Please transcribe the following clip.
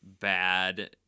bad